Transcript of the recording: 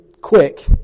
quick